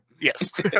Yes